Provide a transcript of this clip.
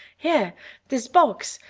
here this box.